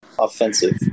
offensive